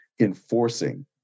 enforcing